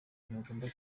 ntibagomba